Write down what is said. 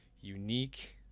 unique